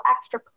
extra